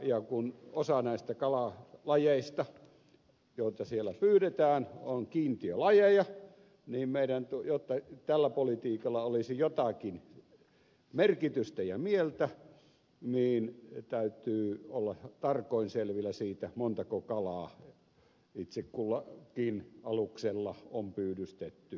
kun osa näistä kalalajeista joita siellä pyydetään on kiintiölajeja niin jotta tällä politiikalla olisi jotakin merkitystä ja mieltä niin täytyy olla tarkoin selvillä siitä montako kalaa itse kullakin aluksella on pyydystetty pyyntikauden aikana